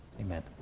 amen